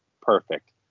Perfect